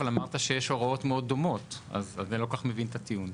אבל אמרתם שיש הוראות מאוד דומות אז אני לא כל כך מבין את הטיעון.